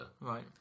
Right